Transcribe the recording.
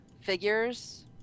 figures